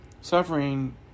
suffering